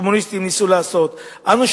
הקומוניסטיים ניסו לעשות: אנו,